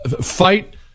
fight